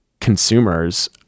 consumers